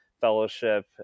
Fellowship